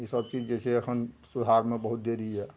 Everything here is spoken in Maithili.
ईसब चीज जे छै एखन सुधारमे बहुत देरी यऽ